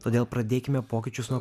todėl pradėkime pokyčius nuo